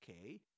Okay